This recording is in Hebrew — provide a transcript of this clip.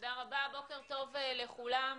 בוקר טוב לכולם.